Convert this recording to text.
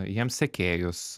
jiem sekėjus